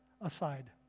aside